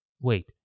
wait